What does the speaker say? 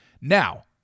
Now